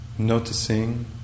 noticing